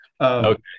Okay